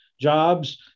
jobs